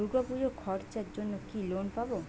দূর্গাপুজোর খরচার জন্য কি লোন পাব?